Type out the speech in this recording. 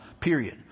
period